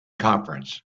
conference